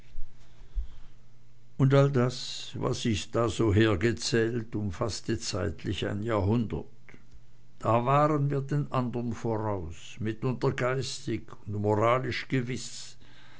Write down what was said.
und all das was ich da so hergezählt umfaßte zeitlich ein jahrhundert da waren wir den andern voraus mitunter geistig und moralisch gewiß